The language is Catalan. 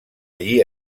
allí